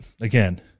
again